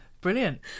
brilliant